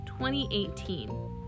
2018